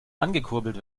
angekurbelt